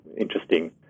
interesting